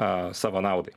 a savo naudai